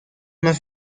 más